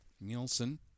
Nielsen